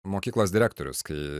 mokyklos direktorius kai